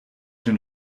den